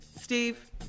Steve